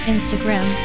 Instagram